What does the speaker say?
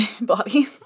body